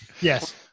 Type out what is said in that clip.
Yes